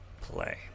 play